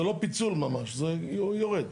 זה לא פיצול ממש, זה יורד.